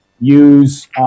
use